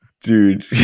Dude